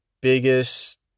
biggest